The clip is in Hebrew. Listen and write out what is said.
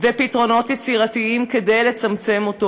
ופתרונות יצירתיים כדי לצמצם אותו.